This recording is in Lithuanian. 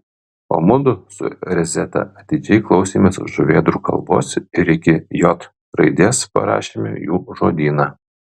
o mudu su rezeta atidžiai klausėmės žuvėdrų kalbos ir iki j raidės parašėme jų žodyną